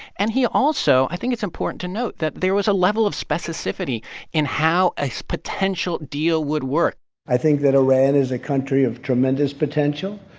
and he also i think it's important to note that there was a level of specificity in how a potential deal would work i think that iran is a country of tremendous potential.